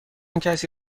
کسی